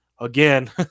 Again